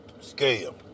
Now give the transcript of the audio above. scale